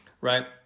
right